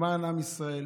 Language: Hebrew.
למען עם ישראל,